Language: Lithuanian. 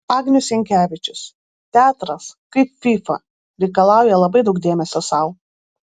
agnius jankevičius teatras kaip fyfa reikalauja labai daug dėmesio sau